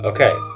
Okay